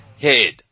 head